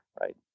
right